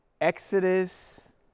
Exodus